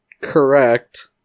correct